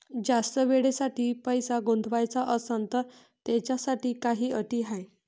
जास्त वेळेसाठी पैसा गुंतवाचा असनं त त्याच्यासाठी काही अटी हाय?